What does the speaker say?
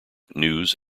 news